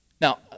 Now